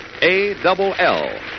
A-double-L